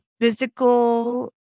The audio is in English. physical